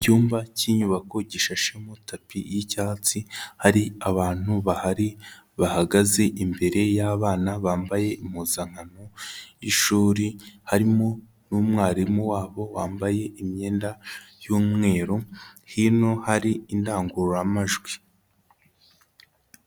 Icyumba cy'inyubako gishashemo tapi y'icyatsi, hari abantu bahari bahagaze imbere y'abana bambaye impuzankano y'ishuri, harimo n'umwarimu wabo wambaye imyenda y'umweru, hino hari indangururamajwi.